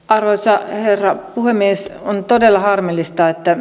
arvoisa herra puhemies on todella harmillista että